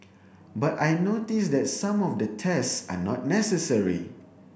but I notice that some of the tests are not necessary